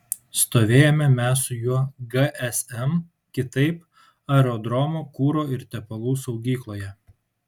stovėjome mes su juo gsm kitaip aerodromo kuro ir tepalų saugykloje